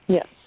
Yes